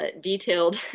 detailed